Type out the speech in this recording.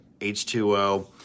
H2O